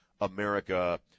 America